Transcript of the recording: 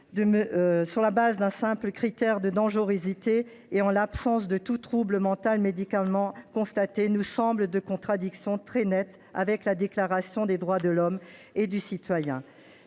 sur le fondement d’un simple critère de dangerosité, en l’absence de tout trouble mental médicalement constaté, nous semble en contradiction très nette avec la Déclaration des droits de l’homme et du citoyen.